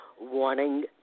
wanting